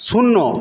শূন্য